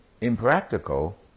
impractical